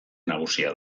nagusia